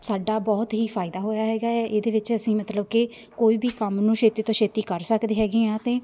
ਸਾਡਾ ਬਹੁਤ ਹੀ ਫਾਇਦਾ ਹੋਇਆ ਹੈਗਾ ਹੈ ਇਹਦੇ ਵਿੱਚ ਅਸੀਂ ਮਤਲਬ ਕਿ ਕੋਈ ਵੀ ਕੰਮ ਨੂੰ ਛੇਤੀ ਤੋਂ ਛੇਤੀ ਕਰ ਸਕਦੇ ਹੈਗੇ ਹਾਂ ਅਤੇ